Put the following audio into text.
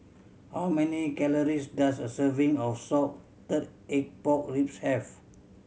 how many calories does a serving of salted egg pork ribs have